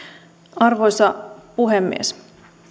arvoisa puhemies